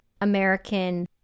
American